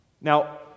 Now